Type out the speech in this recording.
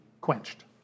quenched